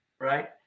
right